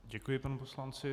Děkuji panu poslanci.